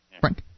Frank